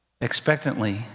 Expectantly